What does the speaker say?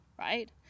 right